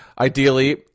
Ideally